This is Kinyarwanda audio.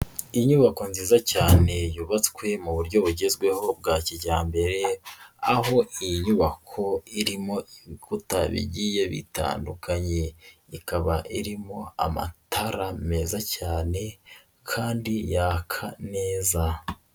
Inyubako nziza cyane yubatswe mu buryo bugezweho bwa kijyambere aho iyi nyubako irimo butabigiye bitandukanye, ikaba irimo amatara meza cyane kandi yaka neza.